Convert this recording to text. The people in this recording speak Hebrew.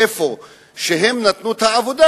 איפה שהם נתנו את העבודה,